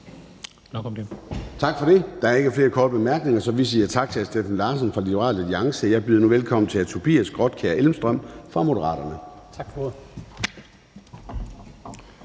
Tak for det. Der er ikke flere korte bemærkninger. Så vi siger tak til hr. Steffen Larsen fra Liberal Alliance. Jeg byder nu velkommen til Tobias Grotkjær Elmstrøm fra Moderaterne. Kl.